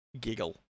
giggle